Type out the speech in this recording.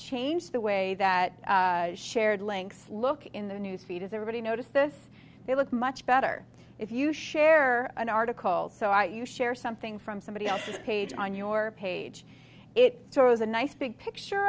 changed the way that shared lengths look in the news feed is everybody noticed this they look much better if you share an article so i you share something from somebody else's page on your page it was a nice big picture